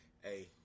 Hey